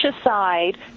aside